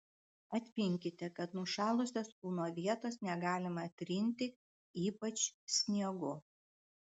atminkite kad nušalusios kūno vietos negalima trinti ypač sniegu